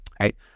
right